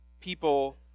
people